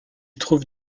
trouve